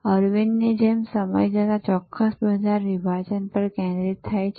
અરવિંદની જેમ સમય જતાં ચોક્કસ બજાર વિભાજન પર કેન્દ્રિત થાય છે